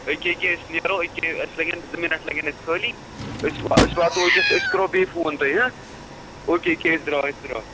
أکہِ أکہِ أسۍ نیرو أکہِ اَسہِ لَگن زٕ مِنٛٹ لَگن اَسہِ خٲلی أسۍ وا أسۍ واتو اَتٮ۪تھ أسۍ کَرو بیٚیہِ فون تۄہہِ ہاں او کے أکہِ أسۍ درٛاے أسۍ درٛاے